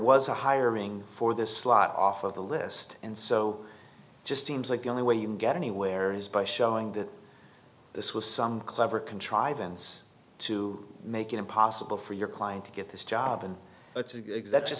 was a hiring for this slot off of the list and so just seems like the only way you can get anywhere is by showing that this was some clever contrivance to make it impossible for your client to get this job and it's a gigs that just